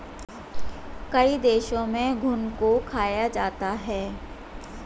कई देशों में घुन को खाया जाता है